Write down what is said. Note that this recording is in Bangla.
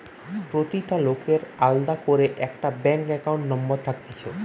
প্রতিটা লোকের আলদা করে একটা ব্যাঙ্ক একাউন্ট নম্বর থাকতিছে